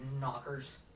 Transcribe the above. knockers